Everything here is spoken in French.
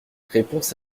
réponse